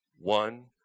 one